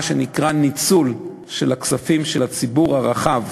שנקרא ניצול הכספים של הציבור הרחב,